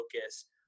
focus